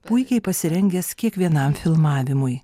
puikiai pasirengęs kiekvienam filmavimui